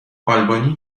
آلبانی